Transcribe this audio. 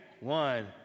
One